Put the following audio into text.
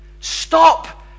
Stop